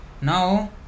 Now